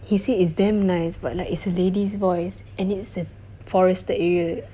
he he is damn nice but like it's a lady's voice and it's a forested area